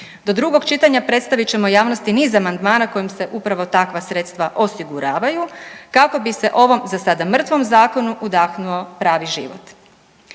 Do drugog čitanja predstavit ćemo javnosti niz amandmana kojim se upravo takva sredstva osiguravaju, kako bi se ovom, za sada mrtvom zakonu, udahnuo pravi život.